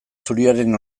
zuriaren